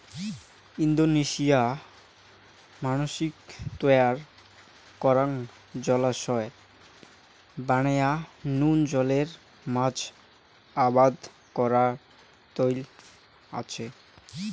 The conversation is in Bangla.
ইন্দোনেশিয়াত মানষির তৈয়ার করাং জলাশয় বানেয়া নুন জলের মাছ আবাদ করার চৈল আচে